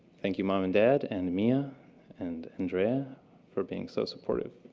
thank you mom and dad and mia and andrea for being so supportive.